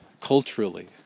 culturally